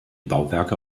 bauwerke